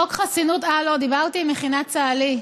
חוק חסינות, אה לא, דיברתי עם מכינת צהלי,